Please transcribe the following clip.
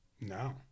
No